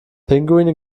pinguine